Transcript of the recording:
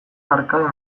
arkade